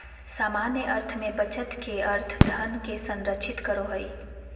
सामान्य अर्थ में बचत के अर्थ धन के संरक्षित करो हइ